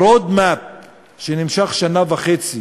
ב-Roadmap שנמשך שנה וחצי,